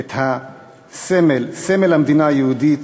את הסמל, סמל המדינה היהודית